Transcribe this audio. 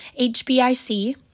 HBIC